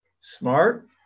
smart